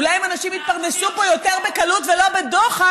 אולי אם אנשים פה יתפרנסו יותר בקלות ולא בדוחק,